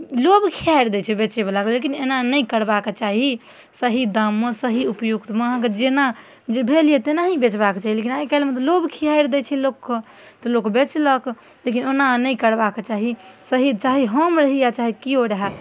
लोभ खिहारि दै छै बेचै बलाके लेकिन एना नहि करबाके चाही सही दाममे सही ऊपयुक्तमे अहाँके जेना जे भेल यऽ तेनाही बेचबाके चाही लेकिन आइकाल्हिमे तऽ लोभ खिहारि दै छै लोकके तऽ लोक बेचलक लेकिन ओना नहि करबाक चाही सही चाहे हम रही या चाहे केओ रहए